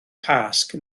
pasg